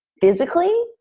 physically